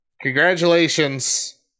Congratulations